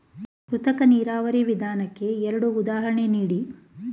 ಕೃತಕ ನೀರಾವರಿ ವಿಧಾನಕ್ಕೆ ಎರಡು ಉದಾಹರಣೆ ನೀಡಿ?